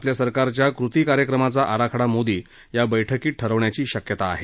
आपल्या सरकारच्या कृती कार्यक्रमाचा आराखडा मोदी या बैठकीत ठरवण्याची शक्यता आहे